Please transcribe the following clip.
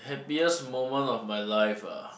happiest moment of my life ah